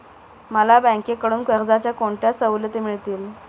मला बँकेकडून कर्जाच्या कोणत्या सवलती मिळतील?